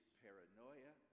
paranoia